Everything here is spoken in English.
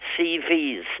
CVs